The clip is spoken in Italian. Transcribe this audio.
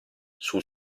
sul